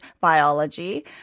biology